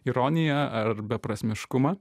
ironiją ar beprasmiškumą